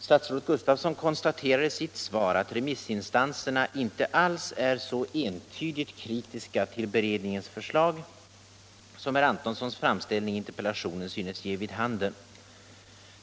Statsrådet Gustafsson konstaterar i sitt svar att remissinstanserna inte alls är så entydigt kritiska till beredningens förslag som herr Antonssons framställning i interpellationen synes ge vid handen.